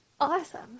Awesome